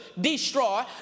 destroy